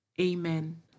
Amen